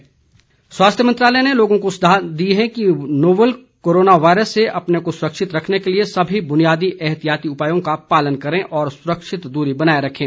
corona सुरक्षा स्वास्थ्य मंत्रालय ने लोगों को सलाह दी है कि वे नोवल कोरोना वायरस से अपने को सुरक्षित रखने के लिए सभी बुनियादी एहतियाती उपायों का पालन करें और सुरक्षित दूरी बनाए रखें